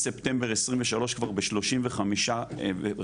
מספטמבר 2023 כבר ב- 35 רשויות,